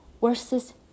versus